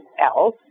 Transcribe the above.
else